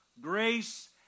Grace